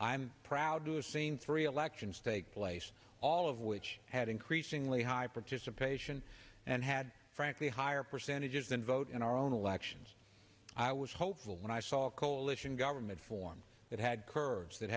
i'm proud to have seen three elections take place all of which had increasingly high participation and had frankly higher percentages than vote in our own elections i was hopeful when i saw a coalition government formed that had curves that